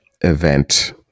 event